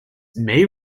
may